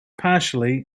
partially